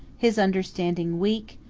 his understanding weak,